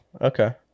Okay